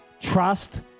Trust